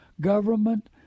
Government